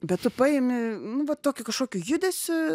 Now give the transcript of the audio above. bet tu paimi nu va tokiu kažkokiu judesiu